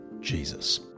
Jesus